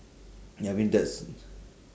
ya I mean that's